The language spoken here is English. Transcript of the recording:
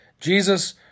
Jesus